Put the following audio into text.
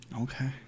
Okay